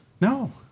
No